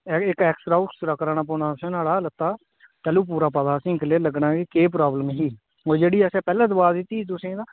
इक X ray उक्स रा कराना पौना तुसें नाड़ा लत्तै दा तैल्लु पूरा पता असें गी क्लियर लग्गना की केह् प्राब्लम ही ओह् जेह्ड़ी असें पैह्ले दवा दित्ती ही तुसें तां